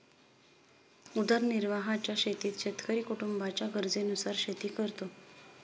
उदरनिर्वाहाच्या शेतीत शेतकरी कुटुंबाच्या गरजेनुसार शेती करतो